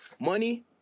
Money